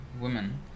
women